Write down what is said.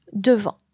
devant